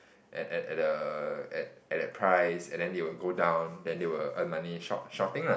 at at at at the at at that price and then they will go down then they will earn money short shorting lah